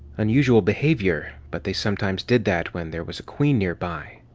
unusual behavior, but they sometimes did that when there was a queen nearby.